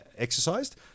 Exercised